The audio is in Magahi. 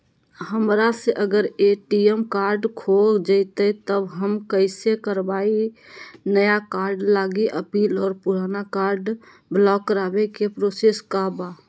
हमरा से अगर ए.टी.एम कार्ड खो जतई तब हम कईसे करवाई नया कार्ड लागी अपील और पुराना कार्ड ब्लॉक करावे के प्रोसेस का बा?